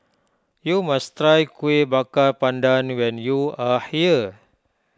you must try Kuih Bakar Pandan when you are here